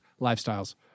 lifestyles